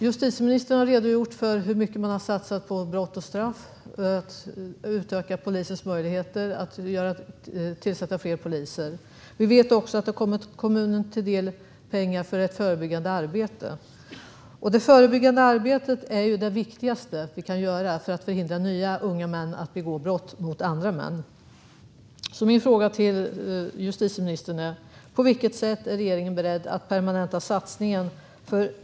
Justitieministern har redogjort för hur mycket man har satsat på brott och straff, på att utöka polisens möjligheter och på att tillsätta fler poliser. Vi vet också att pengar till förebyggande arbete har kommit kommunen till del. Det förebyggande arbetet är det viktigaste vi kan göra för att förhindra nya unga män att begå brott mot andra män. Min fråga till justitieministern är: På vilket sätt är regeringen beredd att permanenta satsningen?